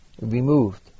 removed